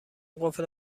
قفل